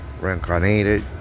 reincarnated